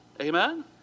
Amen